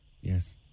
Yes